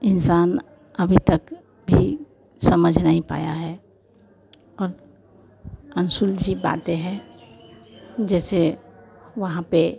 इन्सान अभी तक भी समझ नहीं पाया है और अनसुलझी बातें हैं जैसे वहाँ पर